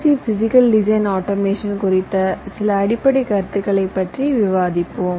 ஐ physical design automation குறித்த சில அடிப்படை கருத்துக்களை பற்றி விவாதிப்போம்